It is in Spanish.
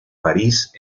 parís